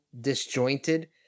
disjointed